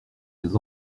les